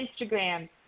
Instagram